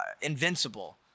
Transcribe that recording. Invincible